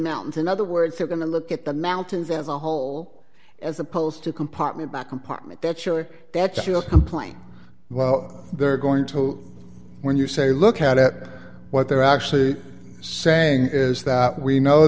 mountains in other words you're going to look at the mountains as a whole as opposed to compartment by compartment that your that's your complaint well they're going to when you say look at what they're actually saying is that we know